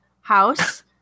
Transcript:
house